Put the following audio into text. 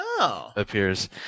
appears